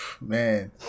man